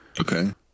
Okay